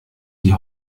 die